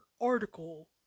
article